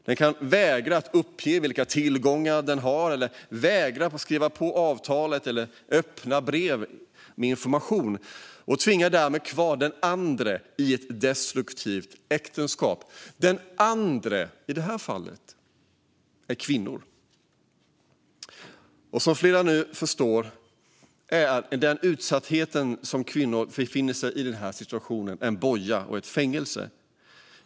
Den kan vägra att uppge vilka tillgångar den har eller vägra att skriva på avtalet eller att öppna brev med information och tvingar därmed kvar den andra i ett destruktivt äktenskap. Den andra i det här fallet är kvinnor. Och som flera nu förstår är den utsatthet som kvinnor befinner sig i vid den här situationen en boja och ett fängelse.